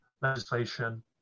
legislation